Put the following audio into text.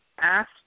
asked